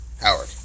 Howard